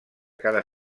cada